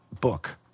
book